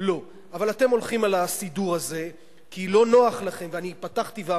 אני אפילו לא יודע מה המונח, וכו'.